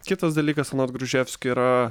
kitas dalykas anot gruževskio yra